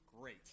Great